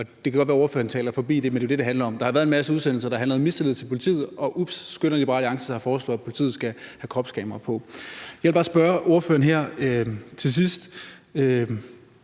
det kan godt være, ordføreren taler forbi det, men det er jo det, det handler om: Der har været en masse udsendelser, der handler om mistillid til politiet, og ups, så skynder Liberal Alliance sig at foreslå, at politiet skal have kropskamera på. Jeg vil bare spørge ordføreren her til sidst